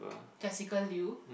Jessica-Liu